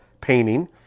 painting